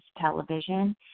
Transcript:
television